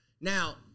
Now